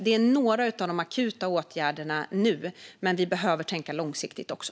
Det är några av de akuta åtgärderna nu, men vi behöver tänka långsiktigt också.